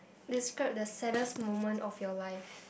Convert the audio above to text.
describe the saddest moment of your life